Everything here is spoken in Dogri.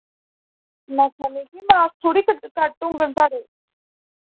में आखा नीं कि मार्क्स थोह्ड़े कट्ट होङन साढ़े